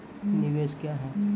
निवेश क्या है?